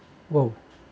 !wow!